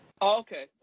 Okay